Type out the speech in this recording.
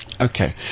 Okay